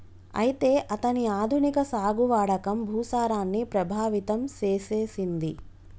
అయితే అతని ఆధునిక సాగు వాడకం భూసారాన్ని ప్రభావితం సేసెసింది